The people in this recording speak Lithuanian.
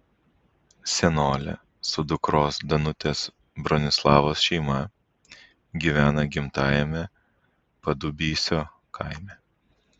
senolė su dukros danutės bronislavos šeima gyvena gimtajame padubysio kaime